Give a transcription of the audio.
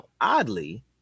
oddly